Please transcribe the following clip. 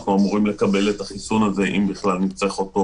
אנחנו אמורים לקבל את החיסון הזה אם בכלל נצטרך אותו